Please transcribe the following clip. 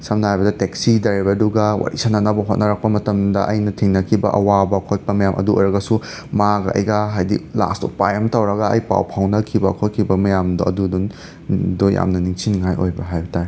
ꯁꯝꯅ ꯍꯥꯏꯔꯕꯗ ꯇꯦꯛꯁꯤ ꯗ꯭ꯔꯥꯏꯕꯔꯗꯨꯒ ꯋꯥꯔꯤ ꯁꯥꯟꯅꯅꯕ ꯍꯣꯠꯅꯔꯛꯄ ꯃꯇꯝꯗ ꯑꯩꯅ ꯊꯦꯡꯅꯈꯤꯕ ꯑꯋꯥꯕ ꯈꯣꯠꯄ ꯃꯌꯥꯝ ꯑꯗꯨ ꯑꯣꯏꯔꯒꯁꯨ ꯃꯥꯒ ꯑꯩꯒ ꯍꯥꯏꯗꯤ ꯂꯥꯁꯇ ꯎꯄꯥꯏ ꯑꯝ ꯇꯧꯔꯒ ꯑꯩ ꯄꯥꯎ ꯐꯥꯎꯅꯈꯤꯕ ꯈꯣꯠꯈꯤꯕ ꯃꯌꯥꯝꯗꯣ ꯑꯗꯨ ꯑꯗꯨꯝ ꯑꯗꯣ ꯌꯥꯝꯅ ꯅꯤꯡꯁꯤꯡꯅꯤꯡꯉꯥꯏ ꯑꯣꯏꯕ ꯍꯥꯏꯕ ꯇꯥꯔꯦ